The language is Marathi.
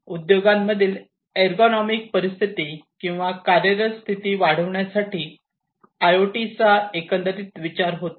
उद्योगांमध्ये इर्गोनॉमिक परिस्थिती किंवा कार्यरत स्थिती वाढविण्यासाठी आयओटीचा एकंदरीत विचार होतो